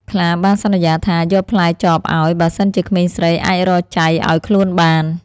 ខ្លាបានសន្យាថាយកផ្លែចបឲ្យ បើសិនជាក្មេងស្រីអាចរកចៃឲ្យខ្លួនបាន។